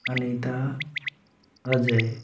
Anita Ajay